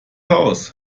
haus